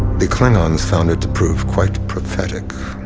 the klingons found it to prove quite prophetic.